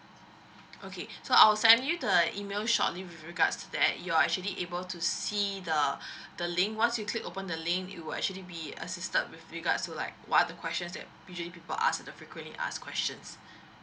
okay so I'll send you the email shortly with regards to that you're actually able to see the the link once you click open the link you will actually be assisted with regards to like what are the questions that usually people asked the frequently asked questions